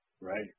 right